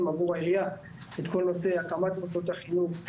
עבור העירייה את כל נושא הקמת מוסדות החינוך,